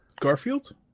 Garfield